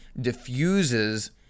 diffuses